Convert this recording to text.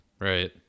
right